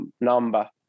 number